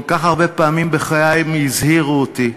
כל כך הרבה פעמים בחיי הזהירו אותי,